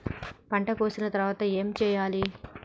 పంట కోసిన తర్వాత ఏం చెయ్యాలి?